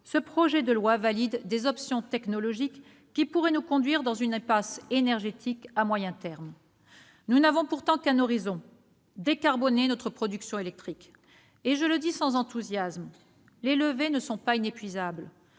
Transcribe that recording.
ce projet de loi valide des options technologiques qui pourraient nous conduire dans une impasse énergétique à moyen terme. Nous n'avons pourtant qu'un horizon : décarboner notre production électrique. Je le dis sans enthousiasme, les leviers ne sont pas inépuisables.